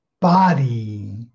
body